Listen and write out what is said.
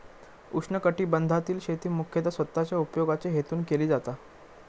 उष्णकटिबंधातील शेती मुख्यतः स्वतःच्या उपयोगाच्या हेतून केली जाता